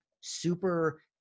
Super